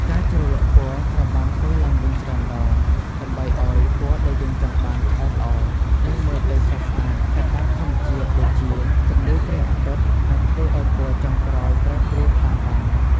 ការជ្រលក់ពណ៌ត្រូវបានធ្វើឡើងវិញច្រើនដង ដើម្បីអោយពណ៌ដែលយើងចង់បានឆ្អែតល្អ និងមើលទៅស្រស់ស្អាត កត្តាធម្មជាតិដូចជា ពន្លឺព្រះអាទិត្យ អាចធ្វើអោយពណ៌ចុងក្រោយប្រែប្រួលខ្លាំងបាន។